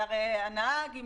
והרי הנהג,